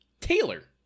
Taylor